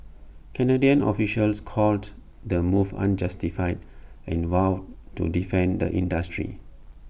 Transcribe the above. Canadian officials called the move unjustified and vowed to defend the industry